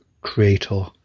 creator